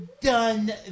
Done